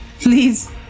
Please